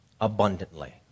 abundantly